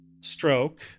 stroke